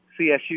CSU